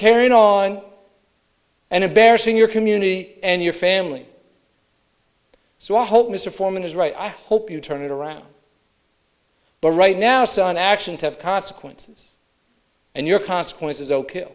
carrying on and embarrassing your community and your family so i hope mr foreman is right i hope you turn it around but right now son actions have consequences and your consequences ok